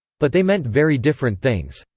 but they meant very different things.